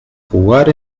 jugar